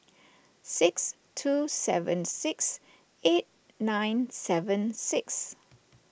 six two seven six eight nine seven six